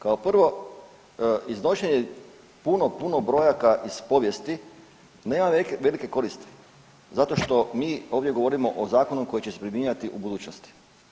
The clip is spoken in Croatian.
Kao prvo iznošenje puno, puno brojaka iz povijesti nema neke velike koristi zato što mi ovdje govorimo o zakonu koji će se primjenjivati u budućnosti.